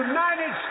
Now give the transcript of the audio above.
United